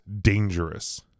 dangerous